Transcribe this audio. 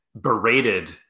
berated